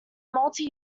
multi